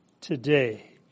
today